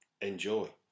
enjoy